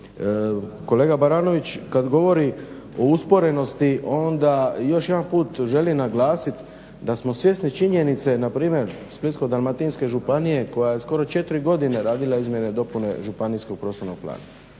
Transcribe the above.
Kolega Baranović kad govori o usporenosti onda još jedan put želi naglasit da smo svjesni činjenice npr. Splitsko-dalmatinske županije koja je skoro 4 godine radila izmjene i dopune županijskog prostornog plana,